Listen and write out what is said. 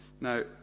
Now